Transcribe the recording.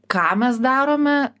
ką mes darome